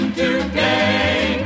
today